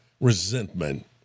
resentment